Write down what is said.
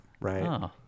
right